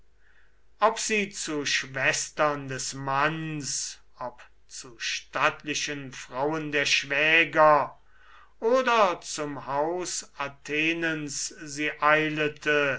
ob sie zu schwestern des manns ob zu stattlichen frauen der schwäger oder zum haus athenens sie